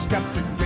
Captain